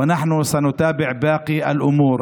ואנחנו נעקוב אחרי כל העניינים.